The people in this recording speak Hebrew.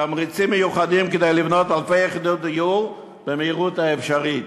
תמריצים מיוחדים כדי לבנות אלפי יחידות דיור במהירות האפשרית.